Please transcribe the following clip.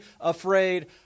afraid